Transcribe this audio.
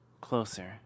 Closer